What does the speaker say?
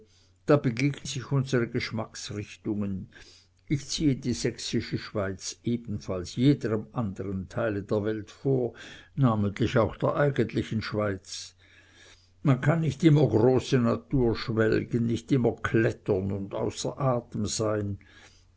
da begegnen sich unsere geschmacksrichtungen ich ziehe die sächsische schweiz ebenfalls jedem anderen teile der welt vor namentlich auch der eigentlichen schweiz man kann nicht immer große natur schwelgen nicht immer klettern und außer atem sein